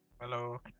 Hello